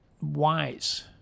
Wise